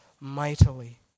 mightily